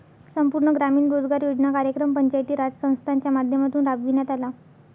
संपूर्ण ग्रामीण रोजगार योजना कार्यक्रम पंचायती राज संस्थांच्या माध्यमातून राबविण्यात आला